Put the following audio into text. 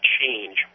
change